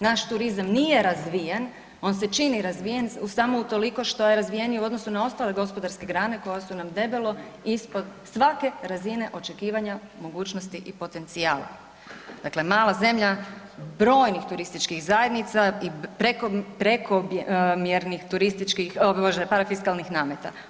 Naš turizam nije razvijen, on se čini razvijen samo utoliko što je razvijeniji u odnosu na ostale gospodarske grane koje su nam debelo ispod svake razine očekivanja mogućnosti i potencijala, dakle mala zemlja brojnih turističkih zajednica i prekomjernih parafiskalnih nameta.